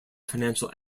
financial